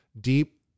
deep